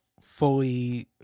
fully